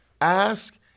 Ask